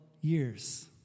years